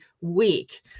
week